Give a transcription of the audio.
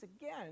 again